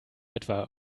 etwa